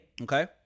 Okay